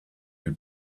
you